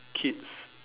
kids